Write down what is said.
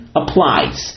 applies